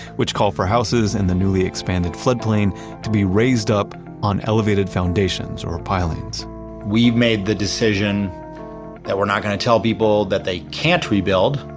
which call for houses in the newly expanded flood plain to be raised up on elevated foundations or pilings we've made the decision that we're not going to tell people that they can't rebuild,